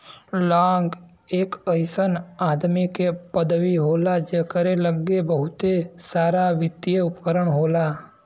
लांग एक अइसन आदमी के पदवी होला जकरे लग्गे बहुते सारावित्तिय उपकरण होला